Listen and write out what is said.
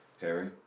Harry